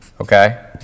okay